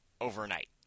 overnight